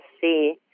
see